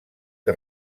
que